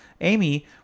Amy